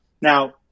Now